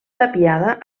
tapiada